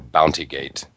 Bountygate